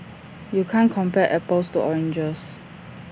you can't compare apples to oranges